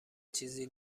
چیزی